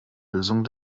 lösung